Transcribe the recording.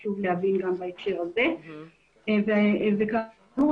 כאמור,